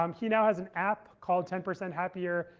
um he now has an app called ten percent happier,